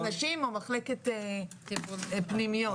טיפול נמרץ.